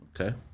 okay